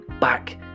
back